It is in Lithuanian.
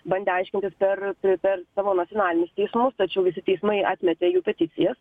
bandė aiškintis per per savo nacionalinius teismus tačiau visi teismai atmetė jų peticijas